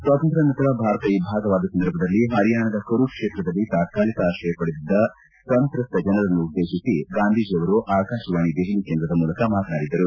ಸ್ವಾತಂತ್ರ್ಯಾನಂತರ ಭಾರತ ಇಬ್ಬಾಗವಾದ ಸಂದರ್ಭದಲ್ಲಿ ಹರಿಯಾಣಾದ ಕುರುಕ್ಷೇತ್ರದಲ್ಲಿ ತಾತಾಲಿಕ ಆಶ್ರಯ ಪಡೆದಿದ್ದ ಸಂತ್ರಸ್ತ ಜನರನ್ನು ಉದ್ದೇಶಿಸಿ ಗಾಂಧೀಜಿ ಅಂದು ಆಕಾಶವಾಣಿಯ ದೆಹಲಿ ಕೇಂದ್ರದ ಮೂಲಕ ಮಾತನಾಡಿದ್ದರು